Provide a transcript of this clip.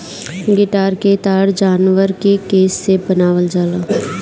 guitar क तार जानवर के केस से बनावल जाला